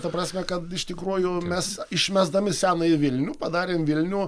ta prasme kad iš tikrųjų mes išmesdami senąjį vilnių padarėm vilnių